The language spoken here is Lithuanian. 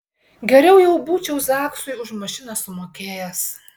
geriau jau būčiau zaksui už mašiną sumokėjęs